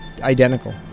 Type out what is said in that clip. identical